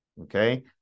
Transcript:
Okay